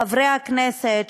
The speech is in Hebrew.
חברי הכנסת,